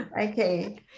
okay